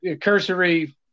cursory